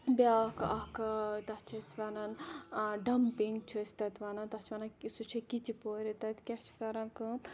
بیاکھ اَکھ تَتھ چھِ أسۍ وَنان ڈَمپِنٛگ چھِ أسۍ تَتھ وَنان تَتھ چھِ وَنان سُہ چھِ کِچہِ پورِ تَتہِ کیاہ چھِ کَران کٲم